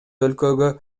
өлкөгө